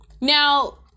Now